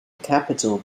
capitol